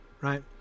Right